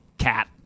cat